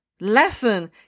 lesson